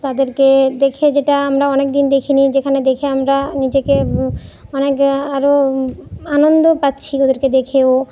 তাদেরকে দেখে যেটা আমরা অনেক দিন দেখি নি যেখানে দেখে আমরা নিজেকে অনেক আরো আনন্দও পাচ্ছি ওদেরকে দেখেও